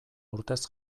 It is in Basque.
urtez